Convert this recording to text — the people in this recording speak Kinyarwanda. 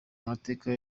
amateka